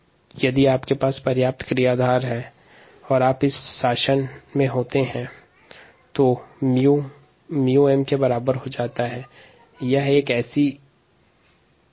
जब क्रियाधार पर्याप्त मात्रा में उपलब्ध हो तो इस स्थिति में 𝜇 𝜇𝑚 के बराबर हो जाता है यहाँ 𝜇 स्थिर होता है